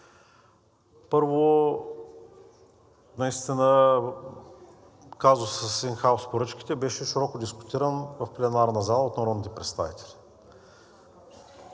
Първо, наистина казусът с ин хаус поръчките беше широко дискутиран в пленарната зала от народните представители,